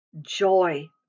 joy